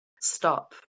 Stop